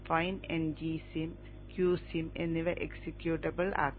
fine ngsim qsim എന്നിവ executable ആക്കണം